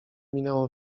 minęło